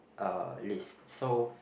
uh list